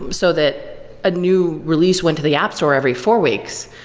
so that a new release went to the app store every four weeks.